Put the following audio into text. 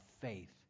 faith